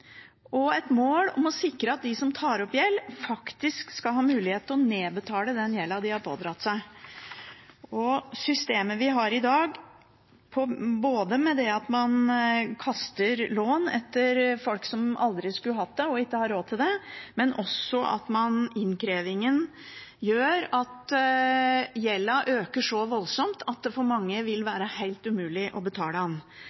og et mål om å sikre at de som tar opp gjeld, faktisk skal ha mulighet til å nedbetale den gjelden de har pådratt seg. Systemet vi har i dag, er slik at man kaster lån etter folk som aldri skulle hatt det og ikke har råd til det, og innkrevingen gjør at gjelden øker så voldsomt at det for mange vil